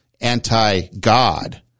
anti-God